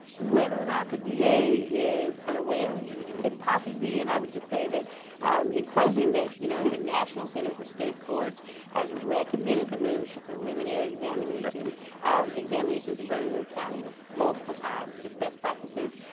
whether or not the d a. is unaware, he couldn't possibly be. and i would just say in closing that you know the national center for state courts has recommended the move to preliminary examinations examinations in bernalillo county multiple times. it's best practices.